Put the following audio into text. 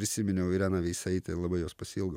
prisiminiau ireną veisaitę ir labai jos pasiilgau